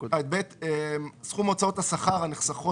"(ב)סכום הוצאות השכר הנחסכות,